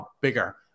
bigger